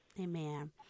Amen